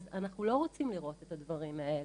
אז אנחנו לא רוצים לראות את הדברים האלה,